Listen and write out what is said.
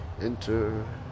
Enter